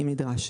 אם נדרש,